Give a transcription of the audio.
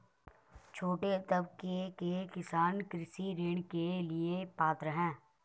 छोटे तबके के किसान कृषि ऋण के लिए पात्र हैं?